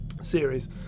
series